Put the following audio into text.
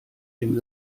dem